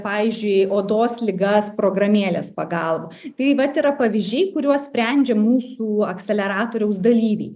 pavyzdžiui odos ligas programėlės pagalba taip vat yra pavyzdžiai kuriuos sprendžia mūsų akseleratoriaus dalyviai